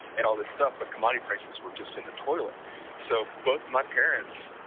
and all this stuff, but commodity prices were just in the toilet so both my parents,